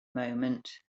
moment